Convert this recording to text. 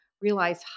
realize